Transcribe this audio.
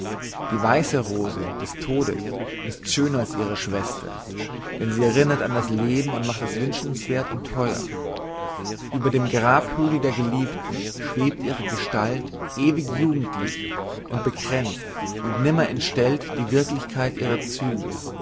die weiße rose des todes ist schöner als ihre schwester denn sie erinnert an das leben und macht es wünschenswerth und theuer ueber dem grabhügel der geliebten schwebt ihre gestalt ewig jugendlich und bekränzt und nimmer entstellt die wirklichkeit ihre züge